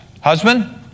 Husband